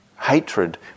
hatred